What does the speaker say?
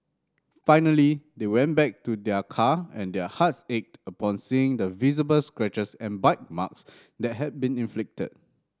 finally they went back to their car and their hearts ached upon seeing the visible scratches and bite marks that had been inflicted